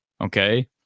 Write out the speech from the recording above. Okay